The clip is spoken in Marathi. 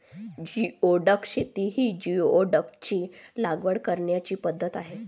जिओडॅक शेती ही जिओडॅकची लागवड करण्याची पद्धत आहे